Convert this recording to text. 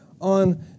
on